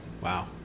wow